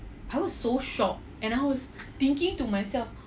ya that's why I was so shocked and I was thinking to myself